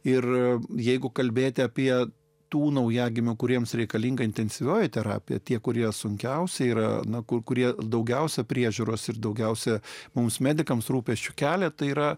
ir jeigu kalbėti apie tų naujagimių kuriems reikalinga intensyvioji terapija tie kurie sunkiausia yra na kur kurie daugiausiai priežiūros ir daugiausiai mums medikams rūpesčių kelia tai yra